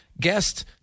guest